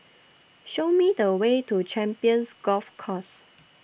Show Me The Way to Champions Golf Course